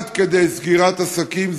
עד כדי סגירת עסקים,